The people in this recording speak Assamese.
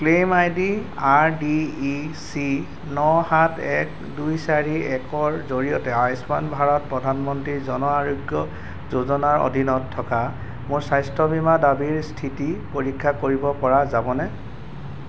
claim I D R D E C ন সাত এক দুই চাৰি একৰ জৰিয়তে আয়ুষ্মান ভাৰত প্ৰধানমন্ত্ৰী জন আৰোগ্য যোজনাৰ অধীনত থকা মোৰ স্বাস্থ্য বীমা দাবীৰ স্থিতি পৰীক্ষা কৰিব পৰা যাবনে